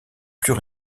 plus